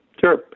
Sure